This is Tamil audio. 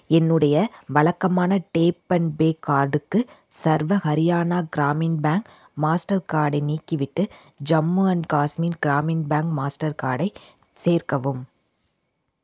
என்னுடைய வழக்கமான டேப் அண்ட் பே கார்டுக்கு சர்வ ஹரியானா கிராமின் பேங்க் மாஸ்டர் கார்டை நீக்கிவிட்டு Jammu and Kashmir Gramin bank master கார்டை சேர்க்கவும்